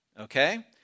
Okay